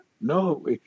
no